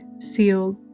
sealed